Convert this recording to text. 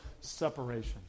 separation